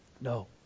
No